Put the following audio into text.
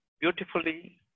beautifully